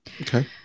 Okay